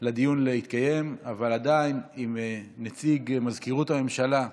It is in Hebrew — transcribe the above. אני לא יכול שלא להביע מורת רוח על היעדרו